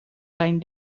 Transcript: zijn